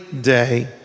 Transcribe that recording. day